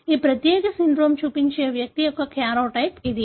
ఈ ప్రత్యేక సిండ్రోమ్ చూపించే వ్యక్తి యొక్క కార్యోటైప్ ఇది